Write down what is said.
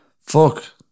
fuck